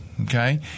Okay